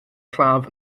claf